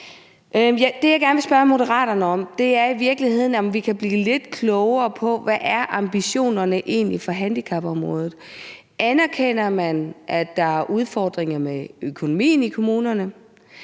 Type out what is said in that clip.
Det, jeg gerne vil spørge Moderaterne om, er i virkeligheden, om vi kan blive lidt klogere på, hvad ambitionerne egentlig er for handicapområdet. Anerkender man, at der er udfordringer med økonomien i kommunerne?